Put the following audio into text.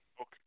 Okay